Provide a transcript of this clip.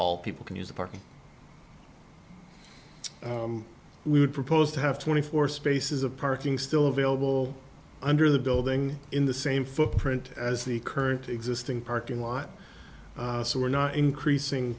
all people can use the parking we would propose to have twenty four spaces of parking still available under the building in the same footprint as the current existing parking lot so we're not increasing